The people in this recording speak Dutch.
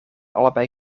allebei